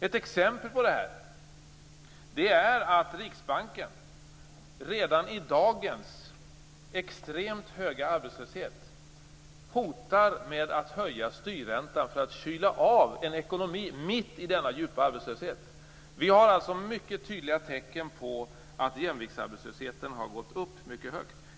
Ett exempel på detta är att Riksbanken redan med dagens extremt höga arbetslöshet hotar att höja styrräntan för att kyla av ekonomin. Detta görs alltså mitt i denna djupa arbetslöshet! Det finns alltså mycket tydliga tecken på att jämviktsarbetslösheten har gått upp mycket högt.